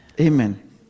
Amen